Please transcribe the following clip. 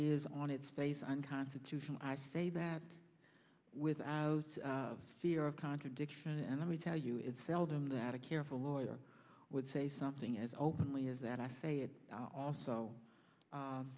is on its face unconstitutional i say that without fear of contradiction and let me tell you it's seldom that a careful lawyer would say something as openly as that i say it also